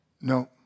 No